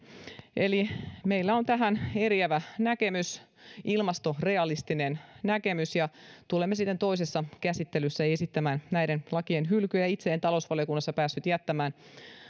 eli meillä on tähän eriävä näkemys ilmastorealistinen näkemys ja tulemme sitten toisessa käsittelyssä esittämään näiden lakien hylkyä itse en talousvaliokunnassa päässyt jättämään